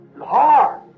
hard